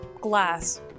glass